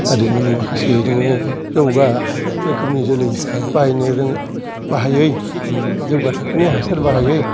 आरो नों माखासे नोङो जौगा रोखोमनि जोलै बायनो रोङो बाहायै जौगा थाखानि हासार बाहायै